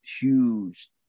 huge